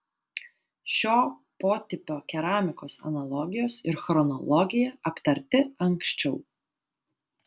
šio potipio keramikos analogijos ir chronologija aptarti anksčiau